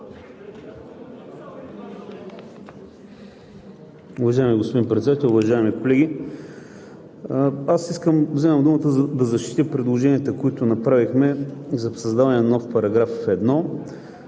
Уважаеми господин Председател, уважаеми колеги! Искам да взема думата, за да защитя предложенията, които направихме за създаване на нов § 1,